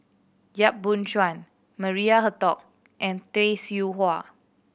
Yap Boon Chuan Maria Hertogh and Tay Seow Huah